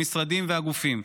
המשרדים והגופים,